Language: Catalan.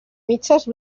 mitges